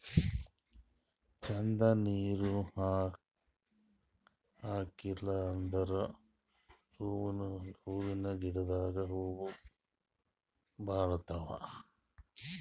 ಛಂದ್ ನೀರ್ ಹಾಕಿಲ್ ಅಂದ್ರ ಹೂವಿನ ಗಿಡದಾಗ್ ಹೂವ ಬಾಡ್ತಾವ್